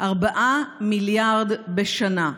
4 מיליארד בשנה.